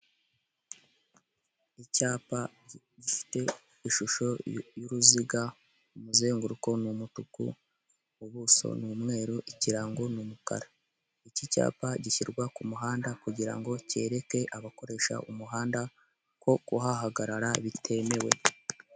Icyapa gifite ishusho y'uruziga umuzenguruko ni umutuku, ubuso ni mweru ikirango ni umukara. Iki cyapa gishyirwa ku muhanda kugira ngo cyereke abakoresha umuhanda ko kuhahagarara bitemewe.